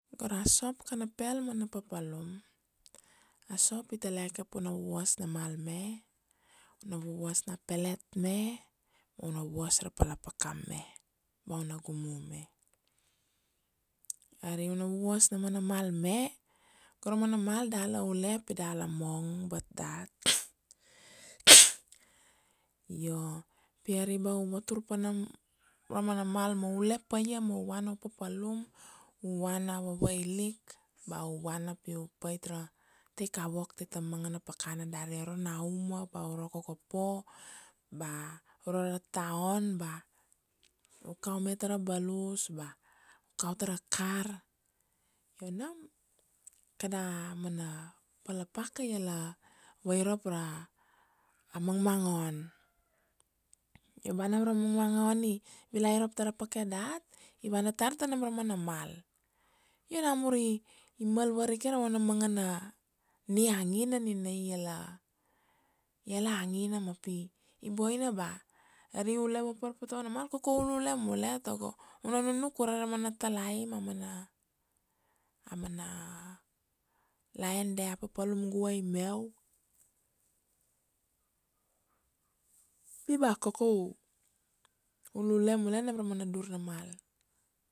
Go ra sop kana pel mana papalum, a sop i taleke pu na vuvuas na mal me, u na vuvuas na pelet me, u na vuas ra pala pakam me, ba u na gumu me. Ari u na vuvuas na mana mal me, go ra mana mal da la ule pi da la mong bat dat. Io, pi ari ba u vatur pa nam ra mana mal ma ule pa ia ma u vana papalum, u vana vavailik, ba u vana pi u pait ra taik a work tai ta manga na pakana dari ari aro nauma ba aro Kokopo, ba uro ra town, ba u kau me tara balus ba u kau tara kar. Io nam kada mana pala paka iala vairop ra a mangmangon, io ba nam ra mangmangon i vila irop tara pakai dat i vana tar ta nam ra mana mal, io namur i mal varike ra vana manga na niangina nina iala, iala angina ma pi i boina ba ari ule vapar pa tava na mal koko u ulule mule, tago u na nunuk ure ra mana talaim, a mana, a mana lain dia papalum guvai meu. Pi ba koko ulule mule nam ra mana dur na mal.